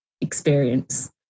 experience